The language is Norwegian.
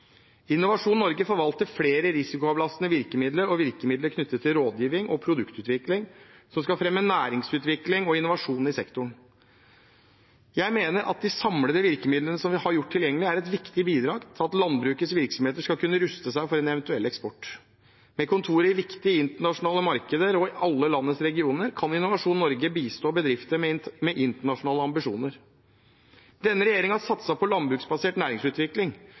Innovasjon Norge forvalter flere risikoavlastende virkemidler og virkemidler knyttet til rådgiving og produktutvikling som skal fremme næringsutvikling og innovasjon i sektoren. Jeg mener at de samlede virkemidlene som vi har gjort tilgjengelig, er et viktig bidrag til at landbrukets virksomheter skal kunne ruste seg for en eventuell eksport. Med kontorer i viktige internasjonale markeder og i alle landets regioner kan Innovasjon Norge bistå bedrifter med internasjonale ambisjoner. Denne regjeringen har satset på landbruksbasert næringsutvikling.